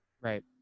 Right